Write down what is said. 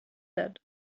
that